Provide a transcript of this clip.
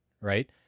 right